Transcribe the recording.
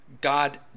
God